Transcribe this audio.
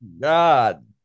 God